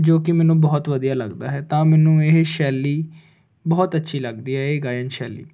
ਜੋ ਕਿ ਮੈਨੂੰ ਬਹੁਤ ਵਧੀਆ ਲੱਗਦਾ ਹੈ ਤਾਂ ਮੈਨੂੰ ਇਹ ਸ਼ੈਲੀ ਬਹੁਤ ਅੱਛੀ ਲੱਗਦੀ ਹੈ ਇਹ ਗਾਇਨ ਸ਼ੈਲੀ